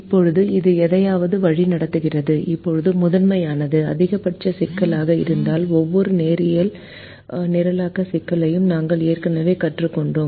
இப்போது இது எதையாவது வழிநடத்துகிறது இப்போது முதன்மையானது அதிகபட்ச சிக்கலாக இருந்தால் ஒவ்வொரு நேரியல் நிரலாக்க சிக்கலையும் நாங்கள் ஏற்கனவே கற்றுக்கொண்டோம்